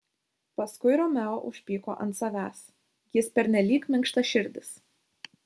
paskui romeo užpyko ant savęs jis pernelyg minkštaširdis